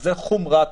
וזה ביחס לחומרת